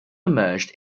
emerged